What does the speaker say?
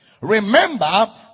Remember